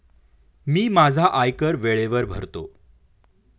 मी माझा आयकर वेळेवर भरतो